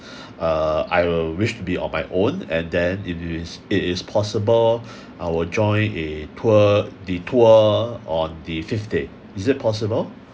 uh I will wish to be on my own and then if it is it is possible I will join a tour the tour on the fifth day is it possible